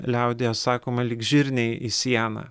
liaudyje sakoma lyg žirniai į sieną